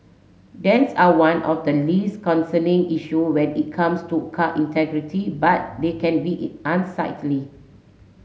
dents are one of the least concerning issue when it comes to car integrity but they can be unsightly